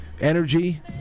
energy